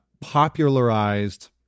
popularized